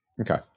Okay